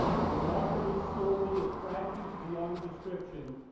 a remarkable story, a tragedy beyond description,